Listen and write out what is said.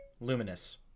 Luminous